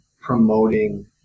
promoting